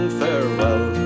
farewell